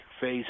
face